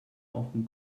often